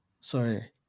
Sorry